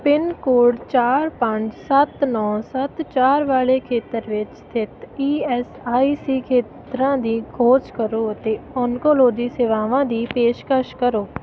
pin code ਚਾਰ ਪੰਜ ਸੱਤ ਨੌਂ ਸੱਤ ਚਾਰ ਵਾਲੇ ਖੇਤਰ ਵਿੱਚ ਸਥਿਤ ਈ ਐਸ ਆਈ ਸੀ ਖੇਤਰਾਂ ਦੀ ਖੋਜ ਕਰੋ ਅਤੇ ਓਨਕੋਲੋਜੀ ਸੇਵਾਵਾਂ ਦੀ ਪੇਸ਼ਕਸ਼ ਕਰੋ